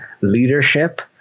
leadership